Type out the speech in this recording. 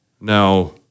now